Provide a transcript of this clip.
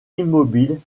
immobiles